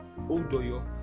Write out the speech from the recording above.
Odoyo